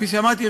כפי שאמרתי,